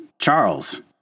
Charles